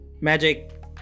magic